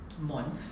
Month